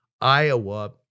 Iowa